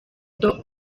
doe